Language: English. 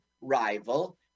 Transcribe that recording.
rival